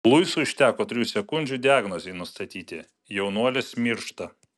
luisui užteko trijų sekundžių diagnozei nustatyti jaunuolis miršta